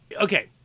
Okay